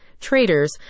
traders